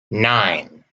nine